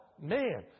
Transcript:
man